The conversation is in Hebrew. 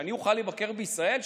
שאני אוכל לבקר בישראל,